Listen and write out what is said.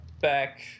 back